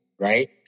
right